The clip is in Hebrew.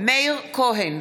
מאיר כהן,